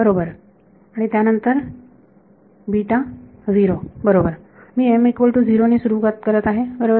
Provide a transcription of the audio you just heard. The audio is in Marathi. बरोबर आणि त्यानंतर बरोबर मी ने सुरुवात करत आहे बरोबर